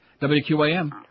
WQAM